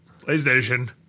PlayStation